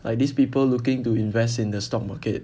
like these people looking to invest in the stock market